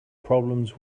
problems